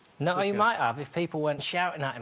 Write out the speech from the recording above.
no, he might have if people weren't shouting at and